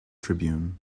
tribune